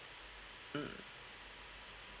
mm